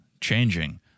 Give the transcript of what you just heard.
changing